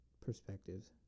perspectives